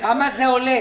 כמה זה עולה.